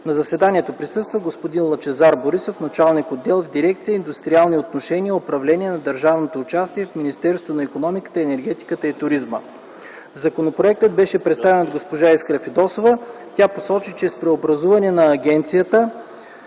На заседанието присъства господин Лъчезар Борисов – началник отдел в дирекция „Индустриални отношения и управление на държавното участие” в Министерството на икономиката, енергетиката и туризма. Законопроектът беше представен от госпожа Искра Фидосова. Тя посочи, че с преобразуването на Агенцията